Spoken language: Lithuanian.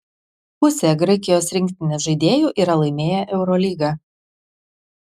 pusė graikijos rinktinės žaidėjų yra laimėję eurolygą